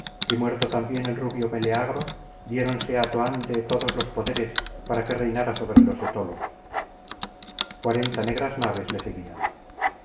y muerto también el rubio meleagro diéronse á toante todos los poderes para que reinara sobre los etolos cuarenta negras naves le seguían